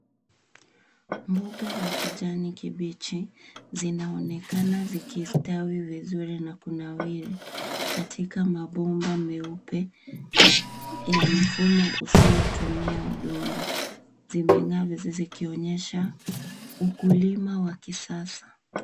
Mboga za kijani kibichi zinaonekana zikistawi vizuri na kunawiri katika mabomba meupe ya mfumo usiotumia udongo. Zimeng'aa mizizi vikionyesha ukulima wa kisasa.